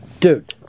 dude